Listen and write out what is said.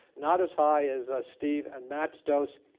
not as high as ah steve and matt's dose,